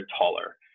taller